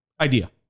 idea